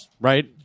right